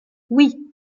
oui